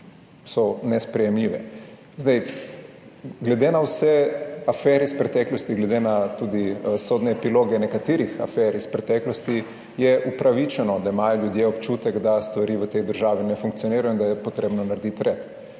so nesprejemljive. Zdaj, glede na vse afere iz preteklosti, glede na tudi sodne epiloge nekaterih afer iz preteklosti je upravičeno, da imajo ljudje občutek, da stvari v tej državi ne funkcionirajo in da je potrebno narediti red.